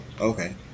okay